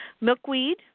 Milkweed